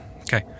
Okay